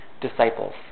disciples